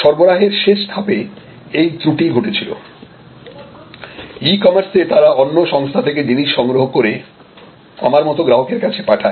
সরবরাহের শেষ ধাপে এই ত্রুটি ঘটেছিল ই কমার্সে তারা অন্য সংস্থা থেকে জিনিস সংগ্রহ করে আমার মত গ্রাহকের কাছে পাঠায়